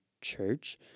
church